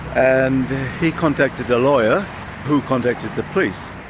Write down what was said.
and he contacted a lawyer who contacted the police.